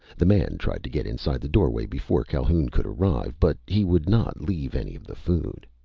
the man tried to get inside the doorway before calhoun could arrive. but he would not leave any of the food.